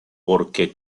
porque